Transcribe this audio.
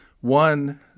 one